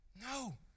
no